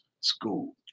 school